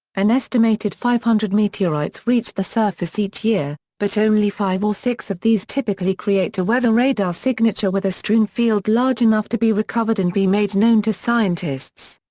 an estimated five hundred meteorites reach the surface each year, but only five or six of these typically create a weather radar signature with a strewn field large enough to be recovered and be made known to scientists.